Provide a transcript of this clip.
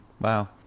wow